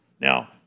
Now